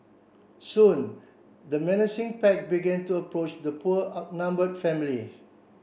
soon the menacing pack began to approach the poor outnumber family